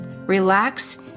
Relax